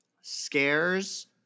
Scares